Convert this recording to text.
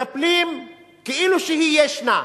מטפלים כאילו שהיא כבר ישנה,